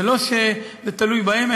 זה לא שזה תלוי בהם,